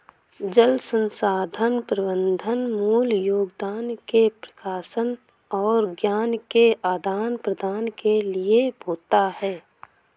जल संसाधन प्रबंधन मूल योगदान के प्रकाशन और ज्ञान के आदान प्रदान के लिए होता है